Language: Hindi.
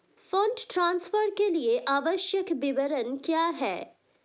फंड ट्रांसफर के लिए आवश्यक विवरण क्या हैं?